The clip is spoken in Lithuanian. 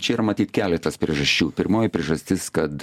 čia ir matyt keletas priežasčių pirmoji priežastis kad